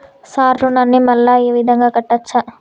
Sir రుణాన్ని మళ్ళా ఈ విధంగా కట్టచ్చా?